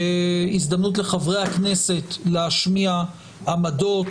הזדמנות לחברי הכנסת להשמיע עמדות,